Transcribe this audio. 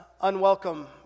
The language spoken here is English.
unwelcome